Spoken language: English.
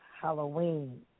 Halloween